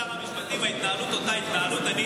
אדוני שר המשפטים, ההתנהלות היא אותה התנהלות.